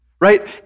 right